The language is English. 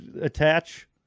attach